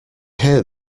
hear